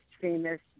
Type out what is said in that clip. famous